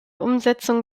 umsetzung